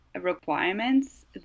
requirements